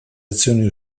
azioni